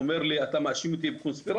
אומר לי אתה מאשים אותי בקונספירציה?